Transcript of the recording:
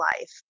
life